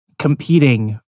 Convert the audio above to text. Competing